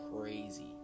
crazy